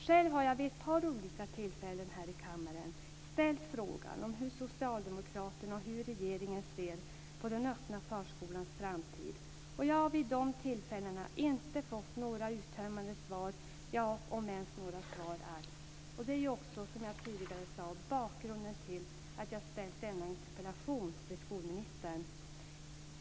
Själv har jag vid ett par olika tillfällen här i kammaren ställt frågan om hur socialdemokraterna och hur regeringen ser på den öppna förskolans framtid. Jag har vid de tillfällena inte fått några uttömmande svar, om ens några svar alls. Det är ju också, som jag tidigare sade, bakgrunden till att jag ställt denna interpellation till skolministern.